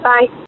Bye